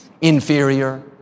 Inferior